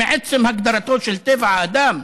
שמעצם הגדרתו של טבע האדם